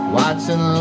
watching